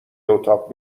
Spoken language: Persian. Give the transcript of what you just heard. اتاق